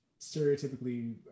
stereotypically